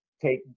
take